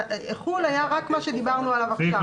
חו"ל היה רק מה שדיברנו עליו עכשיו.